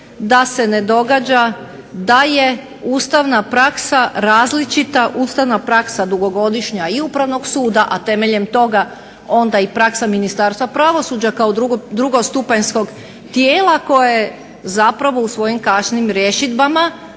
da se ne događa da je ustavna praksa različita, ustavna praksa dugogodišnja i Upravnog suda, a temeljem toga onda i praksa Ministarstva pravosuđa kao drugostupanjskog tijela koje zapravo u svojim kasnijim rješidbama